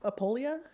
apolia